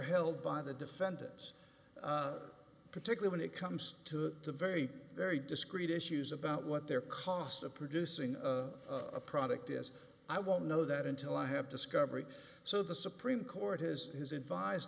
held by the defendants particular when it comes to very very discrete issues about what their cost of producing a product is i won't know that until i have discovery so the supreme court has his advise